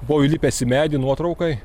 buvau įlipęs į medį nuotraukai